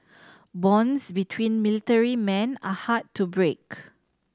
bonds between military men are hard to break